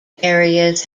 areas